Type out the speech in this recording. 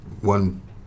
one